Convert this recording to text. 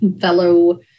fellow